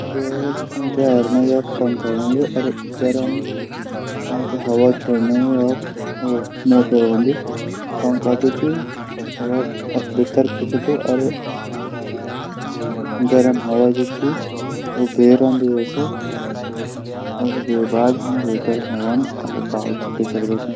Hair dry मा पंखा हूदन गर्म हवा छूडन मोटर हूंदी पंखा जो च हवा भितर खिःचद्व और गर्म हवा भैर फिंगदू। और फिर गर्म हवा न हम अपड बाल सुखै सकदा छनह